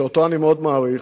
שאותו אני מאוד מעריך,